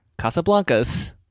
Casablanca's